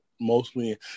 mostly